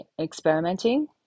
experimenting